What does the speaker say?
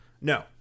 No